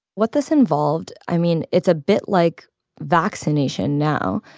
what this involved i mean, it's a bit like vaccination now.